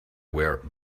were